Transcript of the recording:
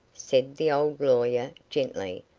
said the old lawyer, gently.